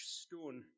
stone